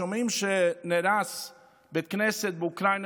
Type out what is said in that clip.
שומעים שנהרס בית כנסת באוקראינה,